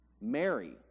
Mary